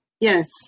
Yes